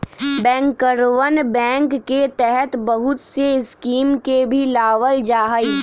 बैंकरवन बैंक के तहत बहुत से स्कीम के भी लावल जाहई